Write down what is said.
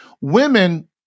women